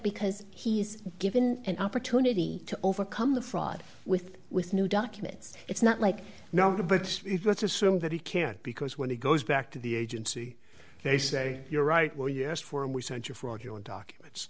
because he's given an opportunity to overcome the fraud with with new documents it's not like now but let's assume that he can't because when he goes back to the agency they say you're right well you asked for and we sent you fraudulent documents